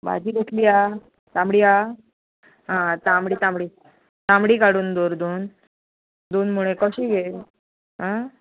भाजी कसलीं हा तांबडी आहा आं तांबडी तांबडी तांबडी काडून दवर दोन दोन मुळें कशें गे आं